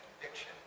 conviction